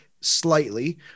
slightly